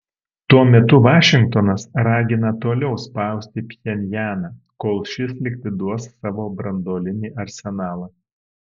tuo metu vašingtonas ragina toliau spausti pchenjaną kol šis likviduos savo branduolinį arsenalą